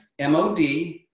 MOD